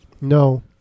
No